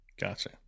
gotcha